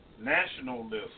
nationalism